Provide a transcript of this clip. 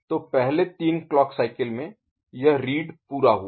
तो पहले तीन क्लॉक साइकिल में यह रीड पूरा हुआ